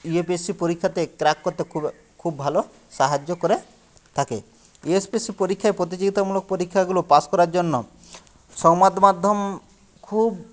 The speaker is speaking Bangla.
ইউ পি এস সি পরীক্ষাতে ক্র্যাক করতে খুব ভালো সাহায্য করে থাকে ইউ পি এস সি পরীক্ষায় প্রতিযোগিতামূলক পরীক্ষাগুলো পাস করার জন্য সংবাদ মাধ্যম খুব